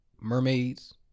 Mermaids